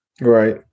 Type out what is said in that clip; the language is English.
Right